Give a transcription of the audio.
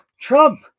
Trump